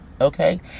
okay